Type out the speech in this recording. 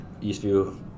Eastview